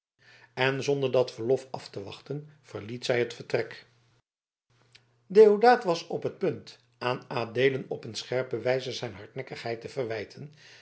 en zonder dat verlof af te wachten verliet zij het vertrek deodaat was op het punt aan adeelen op een scherpe wijze zijn hardnekkigheid te verwijten